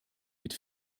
mit